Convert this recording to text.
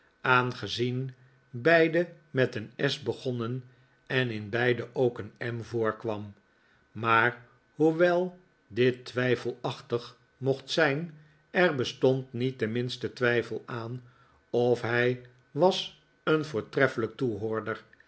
aangezien beide met een s begonnen en in beide ook een m voorkwam maar hoewel dit twijfelachtig mocht zijn er bestond niet de minste twijfel aan of hij was een voortreffelijk toehoorder